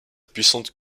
puissante